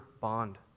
bond